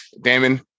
Damon